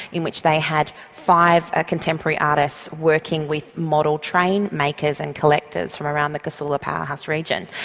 in which they had five ah contemporary artists working with model train makers and collectors from around the casula powerhouse region,